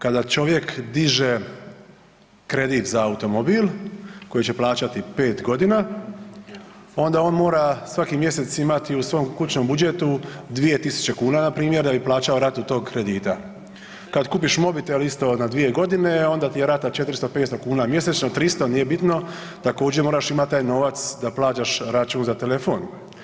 Kada čovjek diže kredit za automobil koji će plaćati 5 godina onda on mora svaki mjesec imati u svom kućnom budžetu 2.000 kuna npr. da bi plaćao ratu tog kredita, kad kupiš mobitel isto na 2 godine onda ti je rata 400-500 kuna mjesečno, 300, nije bitno također moraš imati taj novac da plaćaš račun za telefon.